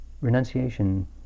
Renunciation